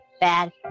Bad